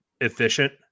efficient